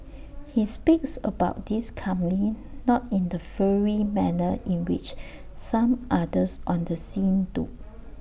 he speaks about this calmly not in the fiery manner in which some others on the scene do